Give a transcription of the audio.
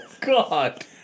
God